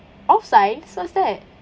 off signs what's that